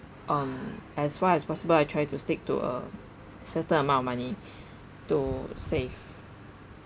um as far as possible I try to stick to a certain amount of money to save